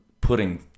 putting